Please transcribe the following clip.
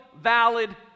valid